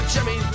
Jimmy